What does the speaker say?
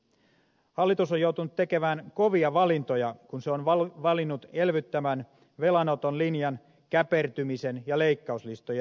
hallitus on joutunut tekemään kovia valintoja kun se on valinnut elvyttävän velanoton linjan käpertymisen ja leikkauslistojen sijaan